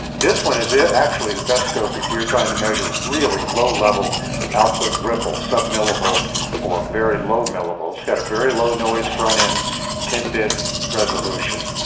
this one is is actually the best scope if you're trying to measure really low level output ripple, sub-millivolt or very low millivolt. it's got a very low noise front end ten bit resolution.